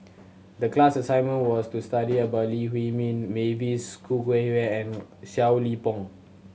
the class assignment was to study about Lee Huei Min Mavis Khoo Oei and Seow Lee Pong